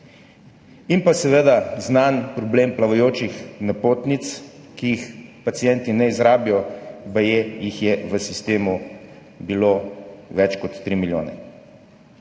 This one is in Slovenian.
in pa seveda znan problem plavajočih napotnic, ki jih pacienti ne izrabijo, baje jih je bilo v sistemu več kot 3 milijone.